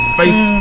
face